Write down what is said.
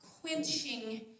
quenching